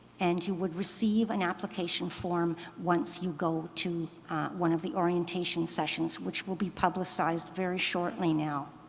and you would receive an application form once you go to one of the orientation sessions, which will be publicized very shortly now.